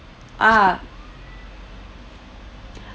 ah